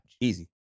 Easy